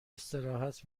استراحت